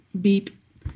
beep